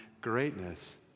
greatness